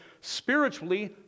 spiritually